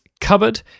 cupboard